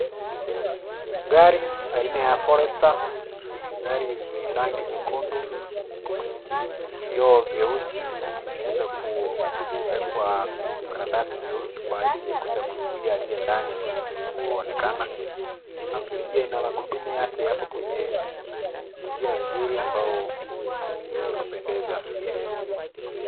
Gari aina ya Forester , dari yenye rangi nyekundu na vioo vyeusi, imeweza kuwekwa kwa karatasi nyeusi kwa ajili ya kuweza kuzuia aliye ndani asiweze kuonekana, halafu pia ina magurumu yake yapo kwenye njia nzuri ambayo ni yenye kupendeza.